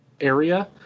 area